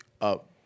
up